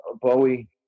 Bowie